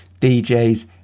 DJs